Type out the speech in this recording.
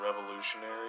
revolutionary